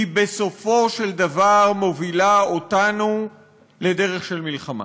היא בסופו של דבר מובילה אותנו לדרך של מלחמה.